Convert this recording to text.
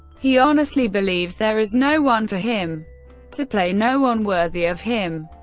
he honestly believes there is no one for him to play, no one worthy of him.